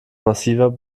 massiver